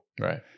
Right